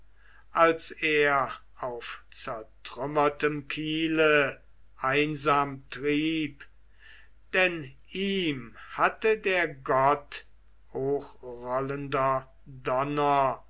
als er auf zertrümmertem kiele einsam trieb denn ihm hatte der gott hochrollender